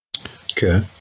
Okay